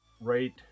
right